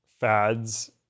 fads